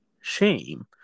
shame